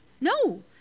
No